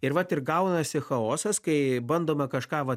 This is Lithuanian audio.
ir vat ir gaunasi chaosas kai bandoma kažką vat